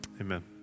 Amen